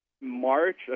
March